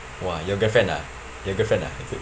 !wah! your girlfriend ah your girlfriend ah is it